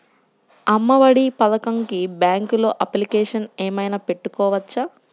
అమ్మ ఒడి పథకంకి బ్యాంకులో అప్లికేషన్ ఏమైనా పెట్టుకోవచ్చా?